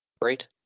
Great